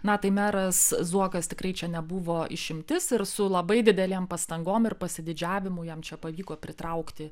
na tai meras zuokas tikrai čia nebuvo išimtis ir su labai didelėm pastangom ir pasididžiavimu jam čia pavyko pritraukti